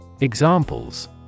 Examples